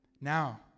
now